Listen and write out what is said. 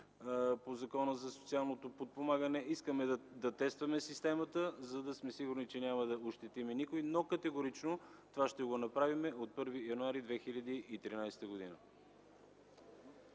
по Закона за социалното подпомагане, искаме да тестваме системата, за да сме сигурни, че няма да ощетим никой, но категорично това ще го направим от 1 януари 2013 г.